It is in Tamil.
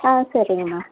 ஆ சரிங்க மேம்